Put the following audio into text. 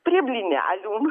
prie blynelių